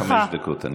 את מדברת כבר חמש דקות.